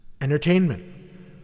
Entertainment